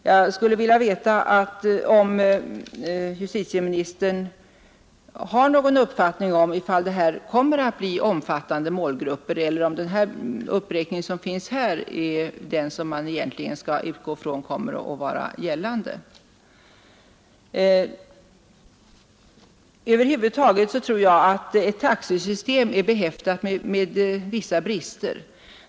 Jag skulle vilja veta, om justitieministern har någon uppfattning om huruvida det här kommer att bli fråga om omfattande målgrupper eller om den uppräkning som finns här är den som i stort kommer att vara gällande. Över huvud taget anser jag att ett taxesystem är behäftat med vissa brister.